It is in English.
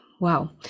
Wow